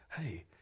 hey